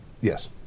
Yes